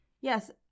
Yes